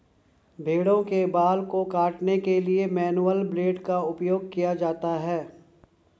भेड़ों के बाल को काटने के लिए मैनुअल ब्लेड का उपयोग किया जाता है